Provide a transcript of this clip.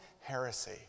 heresy